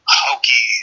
hokey